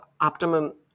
optimum